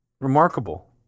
Remarkable